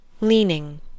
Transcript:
leaning